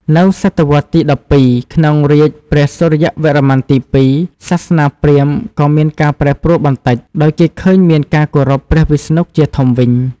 នៅ ស.វ ទី ១២ ក្នុងរាជ្យព្រះសូរ្យវរ្ម័នទី ២ សាសនាព្រាហ្មណ៏មានការប្រែប្រួលបន្តិច ដោយគេឃើញមានការគោរពព្រះវិស្ណុះជាធំវិញ។